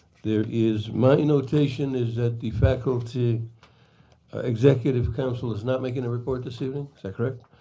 there is my notation is that the faculty executive council is not making a report this evening is that correct?